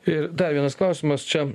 į dar vienas klausimas čia